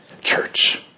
church